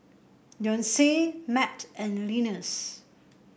Leonce Matt and Linus